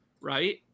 right